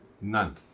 None